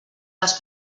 les